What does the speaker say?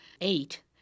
eight